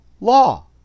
law